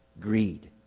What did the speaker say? Greed